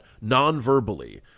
non-verbally